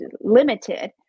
limited